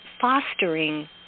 fostering